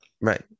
Right